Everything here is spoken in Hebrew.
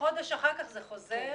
חודש אחר כך זה חוזר.